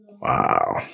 Wow